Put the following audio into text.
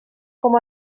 com